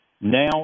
now